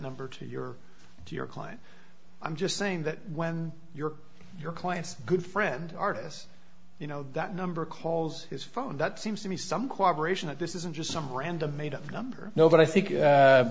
number to your to your client i'm just saying that when your your client's good friend artist you know that number calls his phone that seems to be some cooperation this isn't just some random made up number no but i